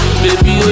Baby